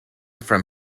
from